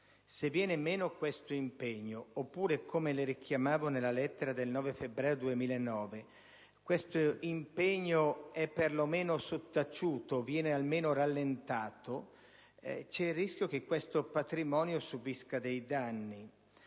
Se viene meno questo impegno, oppure - come le ho richiamato nella lettera del 9 febbraio 2009 - esso è perlomeno sottaciuto, rallentato, c'è il rischio che questo patrimonio subisca dei danni.